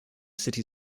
city